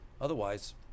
otherwise